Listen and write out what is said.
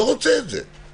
לא רוצה את זה.